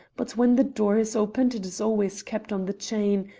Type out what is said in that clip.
but when the door is opened it is always kept on the chain,